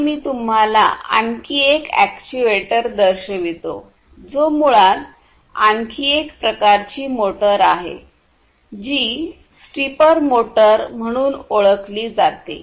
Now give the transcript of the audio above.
आणि मी तुम्हाला आणखी एक अॅक्ट्यूएटर दर्शवितो जो मुळात आणखी एक प्रकारची मोटर आहे जी स्टिपर मोटर म्हणून ओळखली जाते